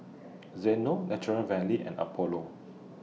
Xndo Nature Valley and Apollo